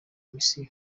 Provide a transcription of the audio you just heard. mission